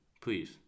please